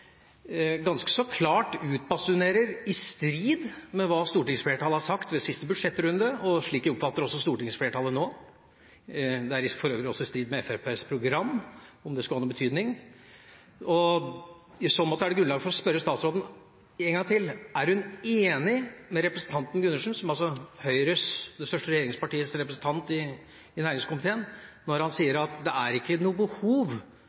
klart sitt syn, i strid med hva stortingsflertallet har sagt i siste budsjettrunde, og slik jeg også oppfatter stortingsflertallet nå. Det er for øvrig også i strid med Fremskrittspartiets program, om det skulle ha noen betydning. I så måte er det grunnlag for å spørre statsråden én gang til: Er hun enig med representanten Gundersen, det største regjeringspartiet Høyres representant i næringskomiteen, når han sier at det ikke er noe behov